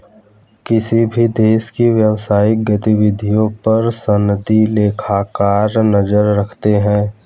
किसी भी देश की व्यवसायिक गतिविधियों पर सनदी लेखाकार नजर रखते हैं